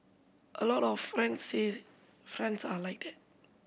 a lot of friends friends are like that